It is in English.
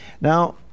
Now